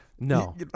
No